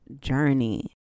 journey